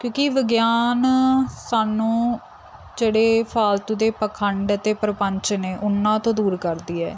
ਕਿਉਂਕਿ ਵਿਗਿਆਨ ਸਾਨੂੰ ਜਿਹੜੇ ਫਾਲਤੂ ਦੇ ਪਖੰਡ ਅਤੇ ਪ੍ਰਪੰਚ ਨੇ ਉਹਨਾਂ ਤੋਂ ਦੂਰ ਕਰਦੀ ਹੈ